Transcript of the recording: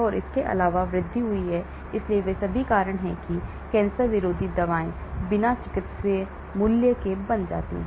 और इसके अलावा वृद्धि हुई है इसलिए ये सभी कारण हैं कि कैंसर विरोधी दवाएं बिना चिकित्सीय मूल्य के बन जाती हैं